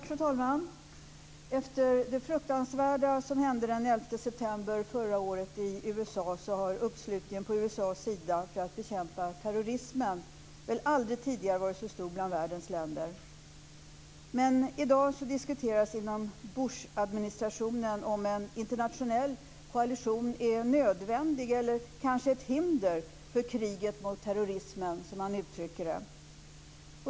Fru talman! Efter det fruktansvärda som hände den 11 september förra året i USA har uppslutningen på USA:s sida för att bekämpa terrorismen väl aldrig tidigare varit så stor bland världens länder. Men i dag diskuteras inom Bushadministrationen om en internationell koalition är nödvändig eller om det kanske är ett hinder för kriget mot terrorismen, som han uttrycker det.